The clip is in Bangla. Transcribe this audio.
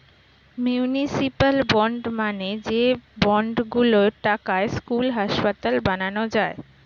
মিউনিসিপ্যাল বন্ড মানে যে বন্ড গুলোর টাকায় স্কুল, হাসপাতাল বানানো যায়